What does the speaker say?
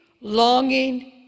longing